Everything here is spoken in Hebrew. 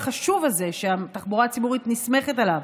חשוב הזה שהתחבורה הציבורית נסמכת עליו.